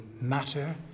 matter